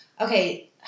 Okay